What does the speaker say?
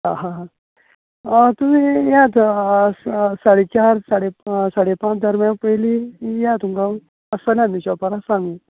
हां हां तुमी न्ही येयात स साडे चार साडे पांच साडे पांच दरम्या पयलीं या तुमी आसतले आमी शाॅपार आसा आमी